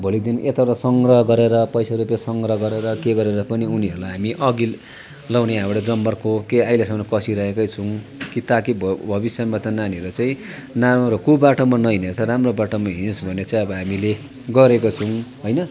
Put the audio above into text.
भोलिको दिन यताबाट सङ्ग्रह गरेर पैसा रुपियाँ सङ्ग्रह गरेर के गरेर पनि उनीहरूलाई हामी अघि लगाउने एउटा जमर्को के अहिलेसम्म कसिरहेकै छौँ कि ताकि भविष्यमा त नानीहरूलाई चाहिँ नराम्रो कुबाटोमा नहिँडेर चाहिँ राम्रो बाटोमा हिँडोस् भन्ने चाहिं अब हामीले गरेको छौँ होइन